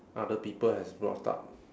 other people has brought up